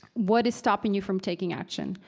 what is stopping you from taking action?